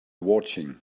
watching